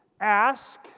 ask